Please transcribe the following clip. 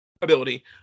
ability